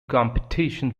competition